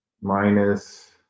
minus